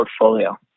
portfolio